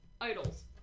idols